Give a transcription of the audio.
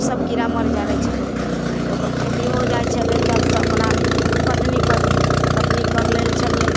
सब कीड़ा मरि जाइ छलै ओपर खेती हो जाइ छलै तऽ हमसब अपना कटनी करली कटनी कर लेले छलियै